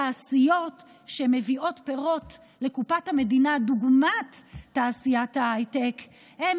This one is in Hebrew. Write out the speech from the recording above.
תעשיות שמביאות פירות לקופת המדינה דוגמת תעשיית ההייטק הן